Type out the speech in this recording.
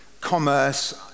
commerce